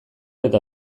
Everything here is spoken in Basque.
eta